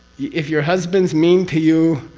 if your husband's mean to you,